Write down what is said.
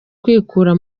kwikura